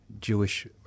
Jewish